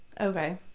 Okay